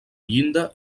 llinda